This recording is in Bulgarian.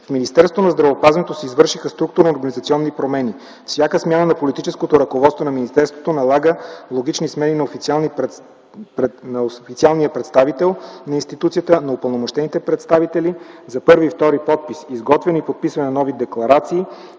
В Министерство на здравеопазването се извършиха структурно-организационни промени. Всяка смяна на политическото ръководство на министерството налага логични смени на официалния представител на институцията, на упълномощените представители за първи и втори подпис, изготвяне и подписване на нови декларации,